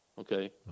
okay